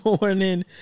morning